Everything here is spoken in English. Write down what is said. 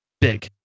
big